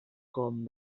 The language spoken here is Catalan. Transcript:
com